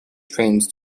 trains